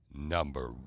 Number